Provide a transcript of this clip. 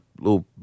little